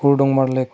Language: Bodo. हुरडंमा लेक